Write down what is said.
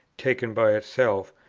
taken by itself,